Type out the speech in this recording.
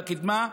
בקִדמה,